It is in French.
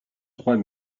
trois